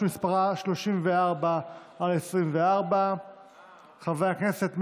שמספרה 34/24. חברי הכנסת,